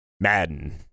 Madden